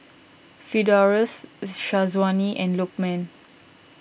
Firdaus Syazwani and Lokman